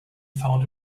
found